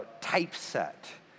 typeset